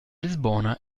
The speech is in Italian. lisbona